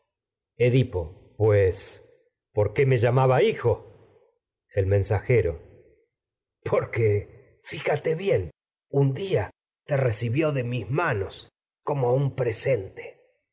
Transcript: edipo el bió pues por qué me llamaba hijo un mensajero manos porque fíjate bien un día te reci de mis como presente